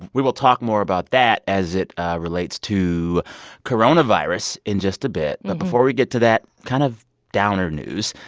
we will talk more about that as it relates to coronavirus in just a bit. but before we get to that kind of downer news,